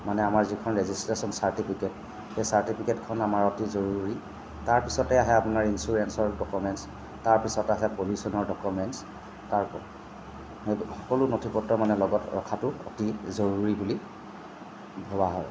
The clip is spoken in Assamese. মানে আমি যিখন ৰেজিষ্ট্ৰেশ্যন চাৰ্টিফিকেট সেই চাৰ্টিফিকেটখন আমাৰ অতি জৰুৰী তাৰপিছতে আহে আপোনাৰ ইঞ্চোৰেঞ্চৰ ডকুমেণ্টছ তাৰপিছত আছে পলিউশ্যনৰ ডকুমেণ্টছ তাৰ সকলো নথি পত্ৰ মানে লগত ৰখাটো অতি জৰুৰী বুলি ভবা হয়